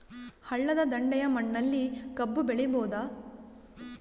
ಹಳ್ಳದ ದಂಡೆಯ ಮಣ್ಣಲ್ಲಿ ಕಬ್ಬು ಬೆಳಿಬೋದ?